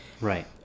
Right